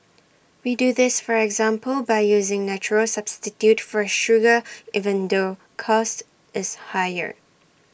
we do this for example by using natural substitute for sugar even though cost is higher